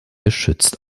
geschützt